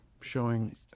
showing